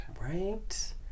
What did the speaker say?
Right